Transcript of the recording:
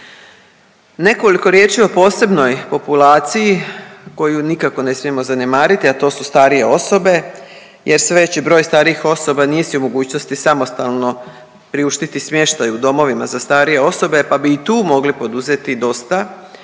Nekoliko riječi o posebnoj populaciji koju nikako ne smijemo zanemariti, a to su starije osobe jer sve veći broj starijih osoba nije si u mogućnosti samostalno priuštiti smještaj u domovima za starije osobe pa bi i tu mogli poduzeti dosta, naročito